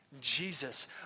Jesus